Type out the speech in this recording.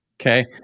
Okay